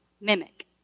mimic